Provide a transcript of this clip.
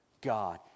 God